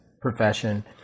profession